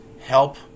Help